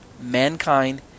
mankind